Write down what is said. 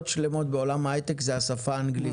שלמות בעולם ההיי-טק היא השפה האנגלית.